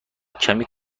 کمی